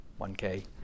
1K